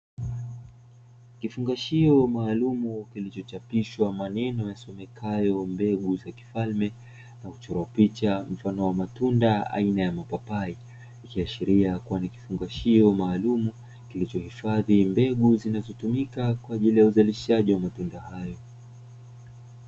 Kifungashio maalumu kilichochapishwa maneno yasomekayo "Mbegu za Kifalme" imechorwa picha mfano wa matunda aina ya mapapai ikiashiria, kuwa ni kifungashio maalumu kilichohifadhi mbegu zinazotumika kwa ajili ya uzalishaji wa matunda hayo.